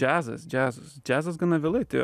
džiazas džiazas džiazas gana vėlai atėjo